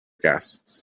guests